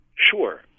Sure